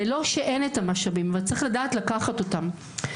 זה לא שאין את המשאבים אבל צריך לדעת לקחת אותם.